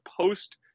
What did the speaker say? post